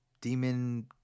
demon